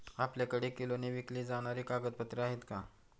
आपल्याकडे किलोने विकली जाणारी कागदपत्रे आहेत का?